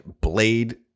blade